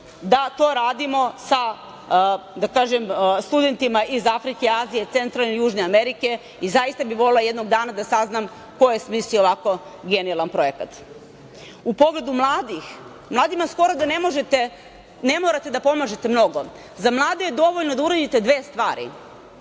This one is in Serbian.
da to radimo sa studentima iz Afrike, Azije, Centralne i Južne Amerike i zaista bih volela jednog dana da saznam ko je smislio ovako genijalan projekat.U pogledu mladih, mladima skoro da ne možete, ne morate da pomažete mnogo. Za mlade je dovoljno da uradite dve stvari.